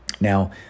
now